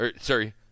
Sorry